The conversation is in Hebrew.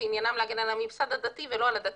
שעניינן להגן על הממסד הדתי ולא על הדתיים.